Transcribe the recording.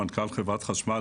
מנכ"ל חברת החשמל,